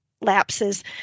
lapses